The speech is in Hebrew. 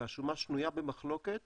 והשומה שנויה במחלוקת